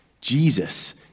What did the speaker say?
Jesus